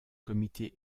comité